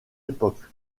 époques